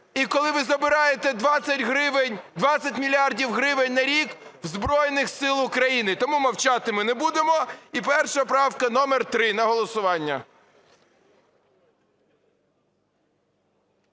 і коли ви забираєте 20 мільярдів гривень на рік у Збройних Сил України. Тому мовчати ми не будемо. І перша правка номер 3 на голосування.